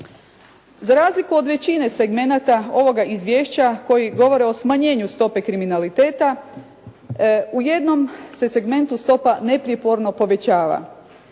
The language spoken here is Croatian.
Za razliku od većine segmenata ovoga izvješća koji govore o smanjenju stope kriminaliteta, u jednom se segmentu stopa neprijeporno povećava.